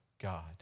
God